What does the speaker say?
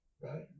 right